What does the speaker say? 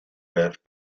riff